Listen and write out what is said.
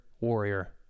warrior